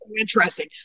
interesting